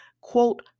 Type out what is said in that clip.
quote